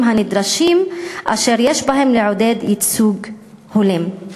הנדרשים אשר יש בהם לעודד ייצוג הולם.